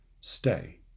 stay